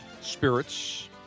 spirits